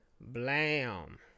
Blam